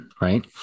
right